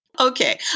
Okay